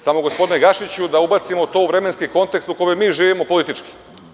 Samo, gospodine Gašiću, da ubacimo to u vremenski kontekst u kome mi živimo, politički.